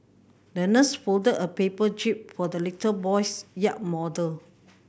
the nurse folded a paper jib for the little boy's yacht model